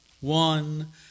One